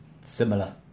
similar